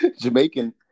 Jamaican